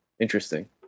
Interesting